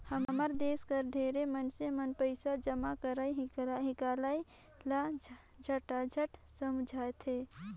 हमर देस कर ढेरे मइनसे मन पइसा जमा करई हिंकलई ल झंझट समुझथें